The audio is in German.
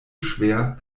schwer